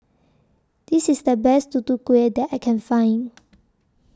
This IS The Best Tutu Kueh that I Can Find